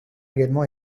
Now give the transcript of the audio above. également